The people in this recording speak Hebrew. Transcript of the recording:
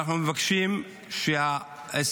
אנחנו מבקשים שהעסקה